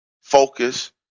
focus